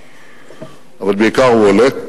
אבל בעיקר הוא עולה.